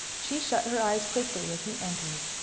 she shut her eyes quickly as he entered.